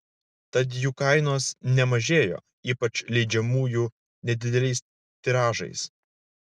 tad jų kainos nemažėjo ypač leidžiamųjų nedideliais tiražais